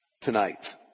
tonight